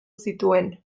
zituen